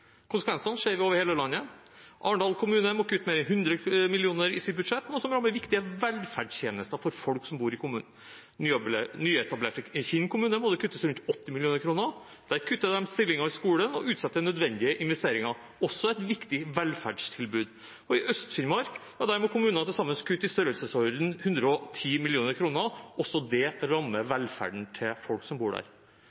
Konsekvensene ser vi over hele landet. Arendal kommune må kutte med 100 mill. kr i sitt budsjett, noe som rammer viktige velferdstjenester for folk som bor i kommunen. I nyetablerte Kinn kommune må det kuttes rundt 80 mill. kr. Der kutter de stillinger i skolen og utsetter nødvendige investeringer, også et viktig velferdstilbud. I Øst-Finnmark må kommunene til sammen kutte i størrelsesorden 110 mill. kr, det rammer